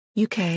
UK